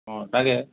অঁ তাকে